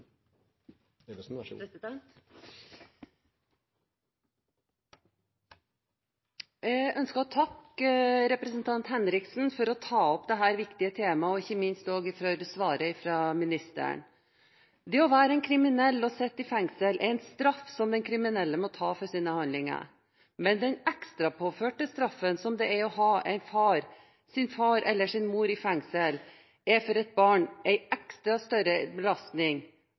og sårbarheten. Så det er mye positivt som skjer, og vi ser fram til videre oppfølging. Jeg ønsker å takke representanten Henriksen for å ta opp dette viktige temaet og ikke minst også takke for svaret fra ministeren. Det å sitte i fengsel er en straff som den kriminelle må ta for sine handlinger, men den ekstrapåførte straffen som det er å ha sin far eller sin mor i fengsel, er for et barn en ekstra belastning